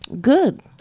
Good